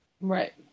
Right